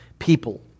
people